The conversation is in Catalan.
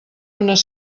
unes